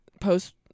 post